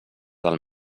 del